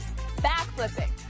backflipping